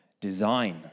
design